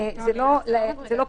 זה לא פרמטר.